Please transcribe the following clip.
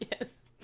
Yes